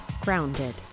Grounded